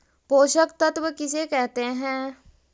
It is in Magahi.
पोषक तत्त्व किसे कहते हैं?